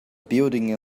building